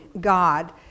God